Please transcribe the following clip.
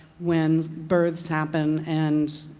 when births happen and